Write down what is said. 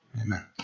Amen